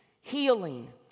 healing